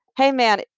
hey, man,